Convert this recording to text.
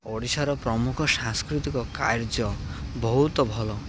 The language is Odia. ଓଡ଼ିଶାର ପ୍ରମୁଖ ସାଂସ୍କୃତିକ କାର୍ଯ୍ୟ ବହୁତ ଭଲ